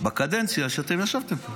בקדנציה שאתם ישבתם פה.